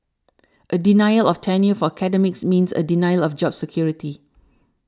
a denial of tenure for academics means a denial of job security